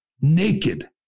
naked